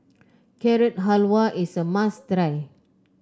Carrot Halwa is a must try